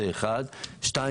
שנית,